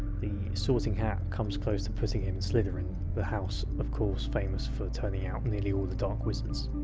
the sorting hat comes close to putting him in slytherin, the house of course famous for turning out nearly all the dark wizards.